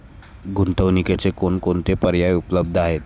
गुंतवणुकीचे कोणकोणते पर्याय उपलब्ध आहेत?